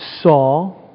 saw